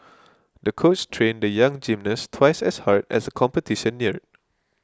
the coach trained the young gymnast twice as hard as the competition neared